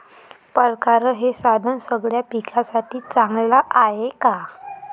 परकारं हे साधन सगळ्या पिकासाठी चांगलं हाये का?